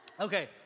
Okay